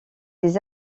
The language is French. des